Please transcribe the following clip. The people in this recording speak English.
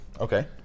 Okay